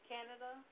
Canada